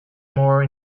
more